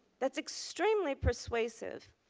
that is extremely persuasive.